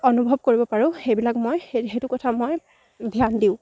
অনুভৱ কৰিব পাৰোঁ সেইবিলাক মই সেইটো কথা মই ধ্যান দিওঁ